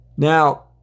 Now